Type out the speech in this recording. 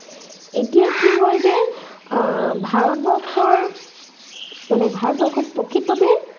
এতিয়া কি হয় যে ভাৰতবৰ্ষৰ মানে ভাৰতবৰ্ষত প্ৰকৃততে